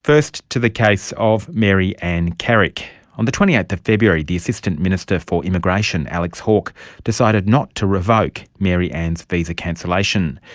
first to the case of maryanne and caric. on the twenty eight february the assistant minister for immigration alex hawke decided not to revoke maryanne's visa cancellation.